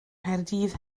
nghaerdydd